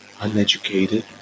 Uneducated